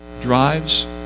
drives